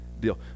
deal